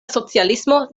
socialismo